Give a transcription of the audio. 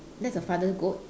that's a father goat